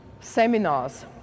seminars